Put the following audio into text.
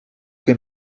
que